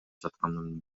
жатканын